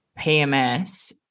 PMS